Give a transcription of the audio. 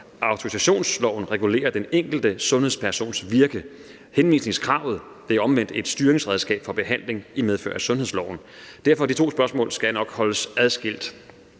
Autorisationsloven regulerer den enkelte sundhedspersons virke, og henvisningskravet er omvendt et styringsredskab for behandling i medfør af sundhedsloven. Derfor skal de to spørgsmål nok holdes adskilt,